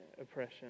oppression